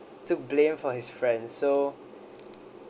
took blame for his friend so